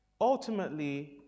ultimately